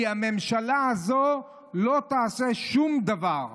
כי הממשלה הזאת לא תעשה שום דבר".